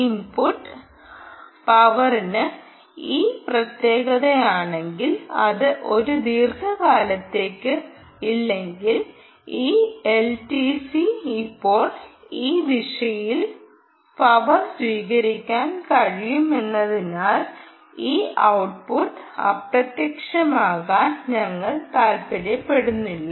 input പവറിന് ഈ പ്രത്യേകതയാണെങ്കിൽ അത് ഒരു ദീർഘകാലത്തേക്ക് ഇല്ലെങ്കിൽ ഈ എൽടിസിക്ക് ഇപ്പോൾ ഈ ദിശയിൽ പവർ സ്വീകരിക്കാൻ കഴിയുമെന്നതിനാൽ ഈ ഔട്ട്പുട്ട് അപ്രത്യക്ഷമാക്കാൻ ഞങ്ങൾ താൽപ്പര്യപ്പെടുന്നില്ല